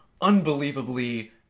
unbelievably